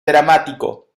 dramático